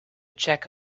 check